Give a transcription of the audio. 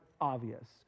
obvious